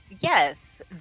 Yes